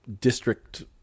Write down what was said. district